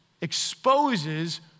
exposes